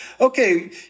okay